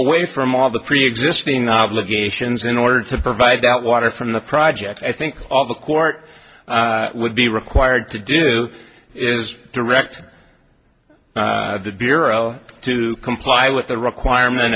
away from all the preexisting obligations in order to provide that water from the project i think all the court would be required to do is direct the bureau to comply with the requirement